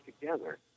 together